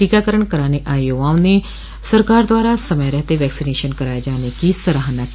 टीकाकरण करान आये युवाओं ने सरकार द्वारा समय रहते वैक्सीनेशन कराये जाने की सराहना की